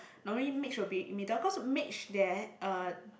normally mage will be middle cause mage there uh